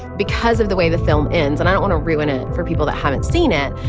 because of the way the film ends. and i want to ruin it for people that haven't seen it,